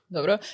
Dobro